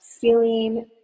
feeling